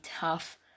tough